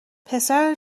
پسر